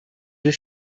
does